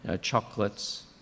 chocolates